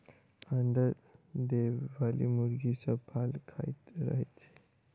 अंडा देबयबाली मुर्गी सभ पाल खाइत रहैत छै